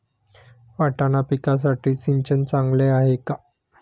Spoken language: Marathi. वाटाणा पिकासाठी सिंचन चांगले आहे का?